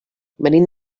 venim